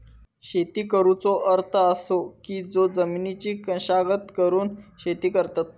शेती करुचो अर्थ असो की जो जमिनीची मशागत करून शेती करतत